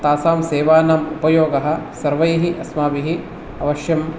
तासां सेवानाम् उपयोगः सर्वैः अस्माभिः अवश्यं